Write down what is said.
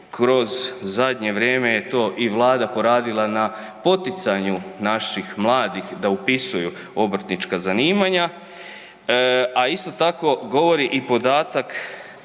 kroz zadnje vrijeme je to i Vlada poradila na poticanju naših mladih da upisuju obrtnička zanimanja a isto tako govori i podatak